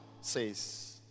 says